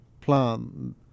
plan